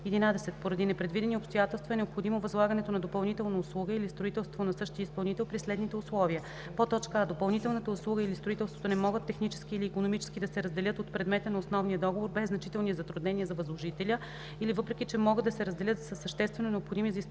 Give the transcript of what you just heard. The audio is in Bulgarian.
11. поради непредвидени обстоятелства е необходимо възлагането на допълнителна услуга или строителство на същия изпълнител при следните условия: а) допълнителната услуга или строителството не могат технически или икономически да се разделят от предмета на основния договор без значителни затруднения за възложителя или, въпреки че могат да се разделят, са съществено необходими за изпълнението